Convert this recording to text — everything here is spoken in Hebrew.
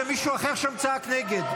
ומישהו אחר שם צעק "נגד".